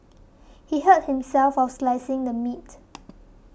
he hurt himself while slicing the meat